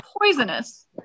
poisonous